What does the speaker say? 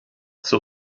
zur